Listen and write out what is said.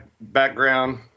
background